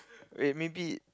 wait maybe